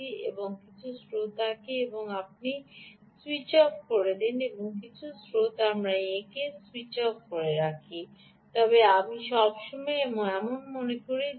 আমি কিছু স্রোত আঁকি এবং আমি স্যুইচ অফ করি আমি কিছু স্রোত আঁকি এবং আমি স্যুইচ অফ করে রাখি আমি সব সময় এটি করি